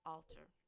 Altar